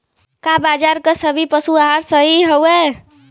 का बाजार क सभी पशु आहार सही हवें?